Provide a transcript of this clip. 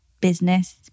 business